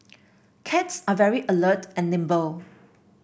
cats are very alert and nimble